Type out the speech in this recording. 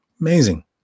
Amazing